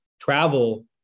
travel